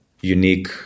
unique